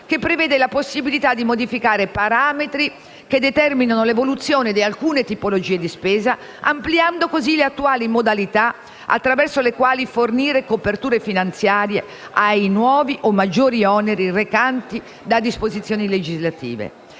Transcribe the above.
che prevede la possibilità di modificare parametri che determinano l'evoluzione di alcune tipologie di spesa, ampliando così le attuali modalità attraverso le quali fornire copertura finanziaria ai nuovi o maggiori oneri recati da disposizioni legislative.